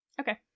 okay